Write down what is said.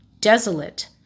desolate